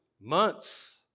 months